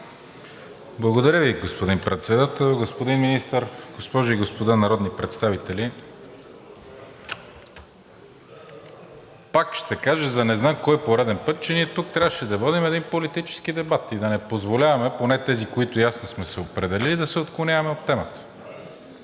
Благодаря Ви, господин Председател. Господин Министър, госпожи и господа народни представители! Пак ще кажа за не знам кой пореден път, че ние тук трябваше да водим един политически дебат и да не позволяваме поне тези, които ясно сме се определили, да се отклоняваме от темата.